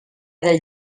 del